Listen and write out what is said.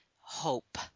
hope